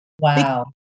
Wow